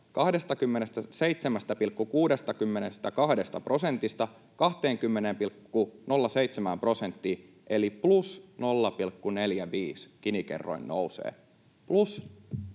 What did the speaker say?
27,62 prosentista 20,07 prosenttia eli plus 0,45 Gini-kerroin nousee — plus